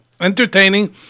entertaining